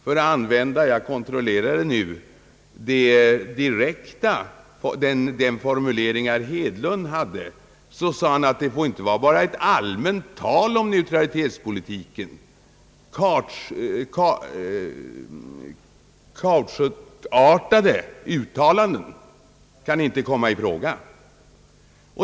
För att använda den formulering herr Hedlund hade — jag har kontrollerat den — sade han, att det inte får vara endast ett allmänt tal om neutralitetspolitiken, att »kautschukbetonade uttalanden» kan inte komma i fråga.